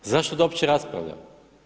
Zašto da uopće raspravljamo?